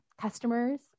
customers